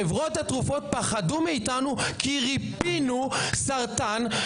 חברות התרופות פחדו מאיתנו כי ריפאנו סרטן,